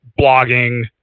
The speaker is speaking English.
blogging